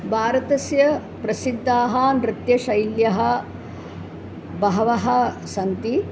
भारतस्य प्रसिद्धाः नृत्यशैल्यः बह्व्यः सन्ति